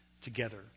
together